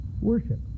worship